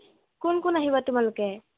কোন কোন আহিবা তোমালোকে